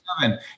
seven